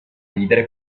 ridere